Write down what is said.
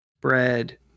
bread